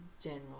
general